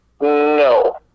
No